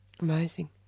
Amazing